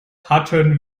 hatten